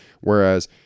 whereas